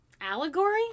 allegory